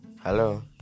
Hello